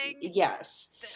yes